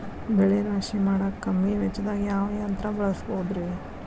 ಬೆಳೆ ರಾಶಿ ಮಾಡಾಕ ಕಮ್ಮಿ ವೆಚ್ಚದಾಗ ಯಾವ ಯಂತ್ರ ಬಳಸಬಹುದುರೇ?